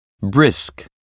Brisk